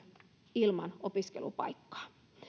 ilman opiskelupaikkaa